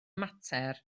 mater